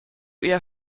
eher